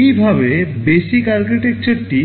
এইভাবে বেসিক আর্কিটেকচারটি